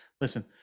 listen